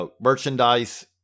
merchandise